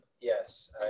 Yes